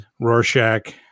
Rorschach